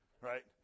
right